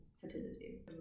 fertility